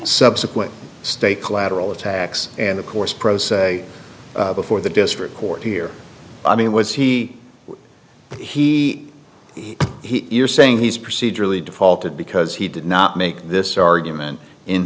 subsequent stay collateral attacks and of course pro se before the district court here i mean was he he he he you're saying he's procedurally defaulted because he did not make this argument in